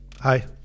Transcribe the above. Hi